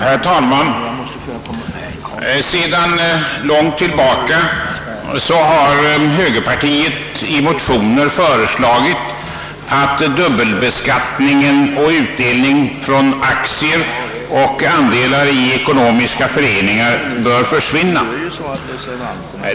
Herr talman! Sedan långt tillbaka har högerpartiet i motioner föreslagit att dubbelbeskattningen och utdelningen på aktier och andelar i ekonomiska föreningar bör försvinna.